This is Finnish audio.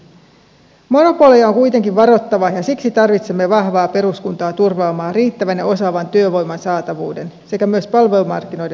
monopoleja on kuitenkin varottava ja siksi tarvitsemme vahvaa peruskuntaa turvaamaan riittävän ja osaavan työvoiman saatavuuden sekä myös palvelumarkkinoiden hallinnan